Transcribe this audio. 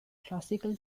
classical